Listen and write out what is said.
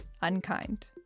unkind